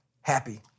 happy